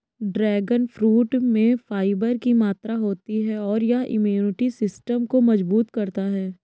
dragon fruit में fibre की मात्रा होती है और यह इम्यूनिटी सिस्टम को मजबूत करता है